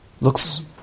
looks